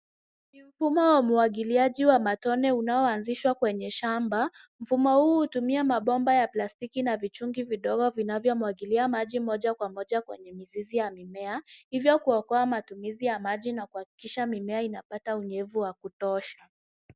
Mfumo wa umwagiliaji wa matone unaoanzishwa kwenye shamba. Mfumo huu hutumia mabomba ya plastiki na vitungi vidogo vinavyomwagilia maji moja kwa moja kwenye mizizi ya mimea hivyo kuokoa matumizi ya maji na kuhakikisha mimea imepata unyevu wa kutosha.